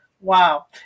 Wow